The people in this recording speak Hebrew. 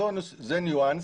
זה ניואנס.